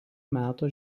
meto